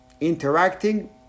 interacting